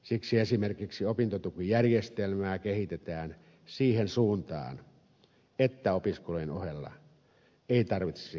siksi esimerkiksi opintotukijärjestelmää kehitetään siihen suuntaan että opiskelujen ohella ei tarvitsisi käydä töissä